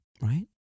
Right